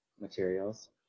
materials